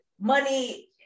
money